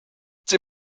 sie